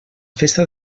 festa